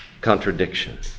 Contradiction